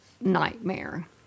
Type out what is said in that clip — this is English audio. nightmare